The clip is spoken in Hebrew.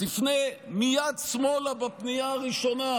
תפנה מייד שמאלה בפנייה הראשונה,